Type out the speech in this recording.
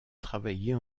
travailler